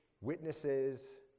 Witnesses